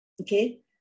okay